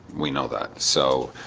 we know that so